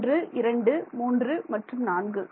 1 2 3 மற்றும் 4